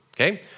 okay